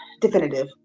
definitive